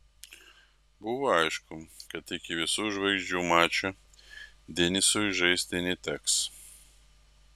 buvo aišku kad iki visų žvaigždžių mačo denisui žaisti neteks